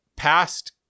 Past